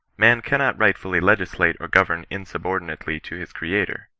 man cannot rightfully legislate or govern inrsubordinatel to his creator,